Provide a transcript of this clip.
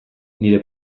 nire